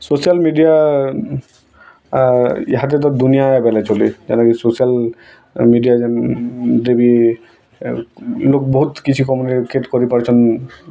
social media ଏହାଦେ ତ ଦୁନିଆ କହିଲେ ଚଲେ କାଇଁକିନା ସୋସିଆଲ୍ ମିଡ଼ିଆ ଯେନ୍ ବି ଲୋକ ବହୁତ୍ କିଛି କମ୍ୟୁନିକେଟ୍ କରିପାରୁଛନ୍